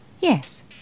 Yes